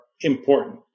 important